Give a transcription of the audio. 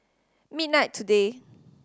midnight today